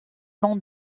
nom